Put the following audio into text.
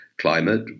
Climate